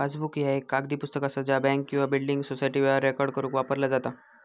passbook ह्या एक कागदी पुस्तक असा ज्या बँक किंवा बिल्डिंग सोसायटी व्यवहार रेकॉर्ड करुक वापरला जाता